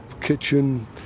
kitchen